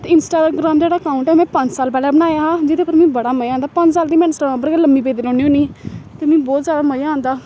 ते इंस्टाग्राम जेह्ड़ा अकाउंट ऐ में पंज साल पैह्ले बनाया हा जेह्दे पर मीं बड़ा मजा आंदा पंज साल दी में इंस्टाग्राम उप्पर गै लम्मीं पेदे रौह्न्नी होन्नी ते मीं बोह्त जादा मजा आंदा